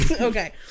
Okay